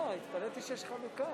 אני רוצה לענות לך.